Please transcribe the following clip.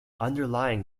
underlying